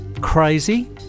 Crazy